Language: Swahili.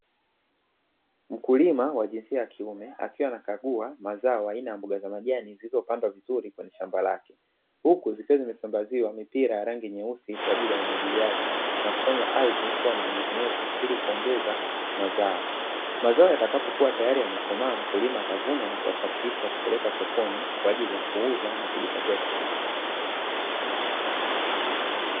Mkulima wa jinsia ya kiume akiwa anakagua mazao aina ya mboga za majani, zilizopandwa vizuri kwenye shamba lake, huku zikiwa zimesambaziwa mipira ya rangi nyeusi kwa ajili ya umwagiliaji na kufanya ardhi kuwa na unyevunyevu ili kuongeza mazao. Mazao yatakapokuwa tayari yamekomaa mkulima atavuna ya kuyasafirisha kupeleka sokoni, kwa ajili ya kuuza na kujipatia kipato.